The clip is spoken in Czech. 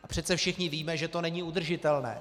A přece všichni víme, že to není udržitelné.